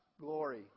glory